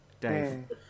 Dave